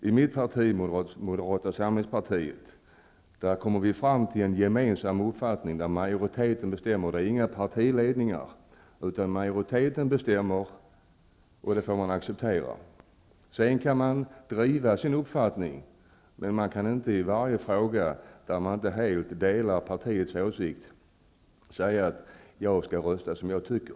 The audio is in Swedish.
I mitt parti, Moderata samlingspartiet, kommer vi fram till en gemensam uppfattning, som bestäms av majoriteten. Det är ingen partiledning som dikterar, utan majoriteten bestämmer, och det får man acceptera. Sedan kan man driva sin uppfattning, men man kan inte i varje fråga där man inte helt delar majoritetens åsikt säga: Jag skall rösta som jag tycker.